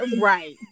Right